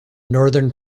northern